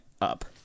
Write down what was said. up